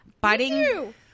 Biting